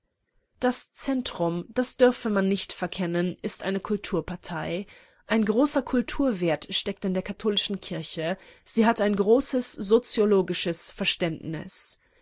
das zentrum das dürfe man nicht verkennen ist eine kulturpartei ein großer kulturwert steckt in der katholischen kirche sie hat ein großes soziologisches verständnis